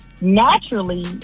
naturally